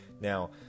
Now